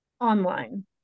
Online